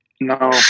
No